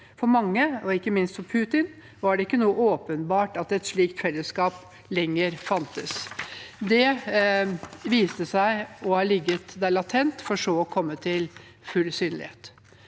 For mange, og ikke minst for Putin, var det ikke åpenbart at et slikt fellesskap lenger fantes. Det viste seg å ha ligget der latent, for så å komme til full synlighet.